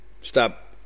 stop